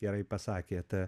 gerai pasakėt